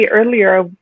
earlier